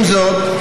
עם זאת,